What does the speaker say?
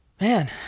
Man